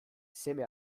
seme